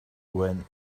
when